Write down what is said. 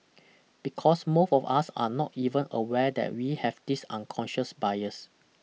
because most of us are not even aware that we have this unconscious bias